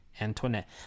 Antoinette